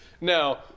Now